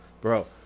Bro